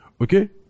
okay